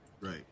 Right